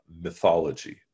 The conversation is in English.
mythology